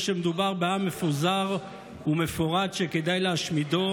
שמדובר בעם מפוזר ומפורד שכדאי להשמידו,